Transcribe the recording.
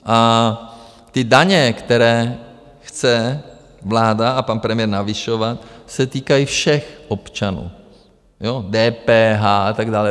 A ty daně, které chce vláda a pan premiér navyšovat, se týkají všech občanů, DPH a tak dále.